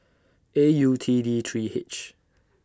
A U T D three H